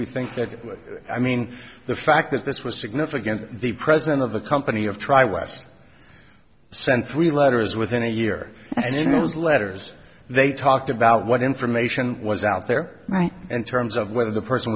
we think that i mean the fact that this was significant the president of the company of try west sent three letters within a year and in those letters they talked about what information was out there right in terms of whether the person